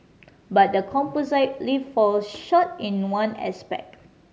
but the composite lift falls short in one aspect